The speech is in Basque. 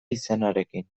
izenarekin